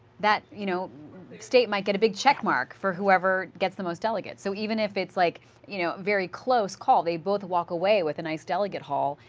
that you know state might get a big checkmark for whoever gets the most delegates, so even if it's like you know very close call, they both walk away with a nice delegate hall,